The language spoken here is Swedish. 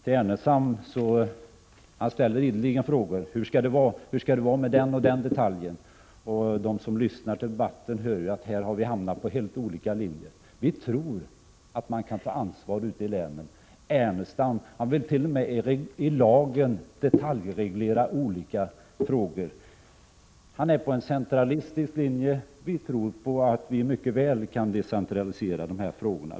Ernestam ställde ideligen frågan: Hur skall det vara med den och den detaljen? De som lyssnar på debatten hör att vi här har hamnat på helt olika linjer. Vi tror att man kan ta ansvar ute i länen. Ernestam vill t.o.m. i lagen detaljreglera olika frågor. Han är på en centralistisk linje. Vi tror att vi mycket väl kan decentralisera dessa frågor.